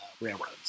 railroads